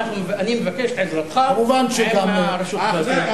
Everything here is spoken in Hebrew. אני מבקש את עזרתך עם הרשות הפלסטינית.